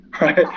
right